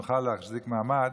שנוכל להחזיק מעמד